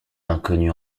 l’inconnu